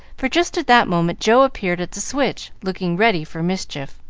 for just at that moment joe appeared at the switch, looking ready for mischief.